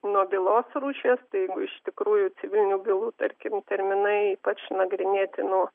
nuo bylos rūšies tai iš tikrųjų civilinių bylų tarkim terminai ypač nagrinėtinų